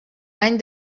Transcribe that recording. any